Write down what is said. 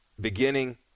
Beginning